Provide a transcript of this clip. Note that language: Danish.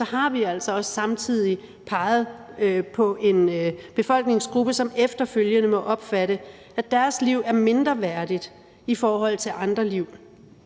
har vi altså også samtidig peget på en befolkningsgruppe, som efterfølgende må opfatte det sådan, at deres liv er mindre værdigt i forhold til andre liv.